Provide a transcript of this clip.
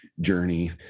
journey